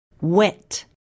Wet